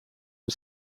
een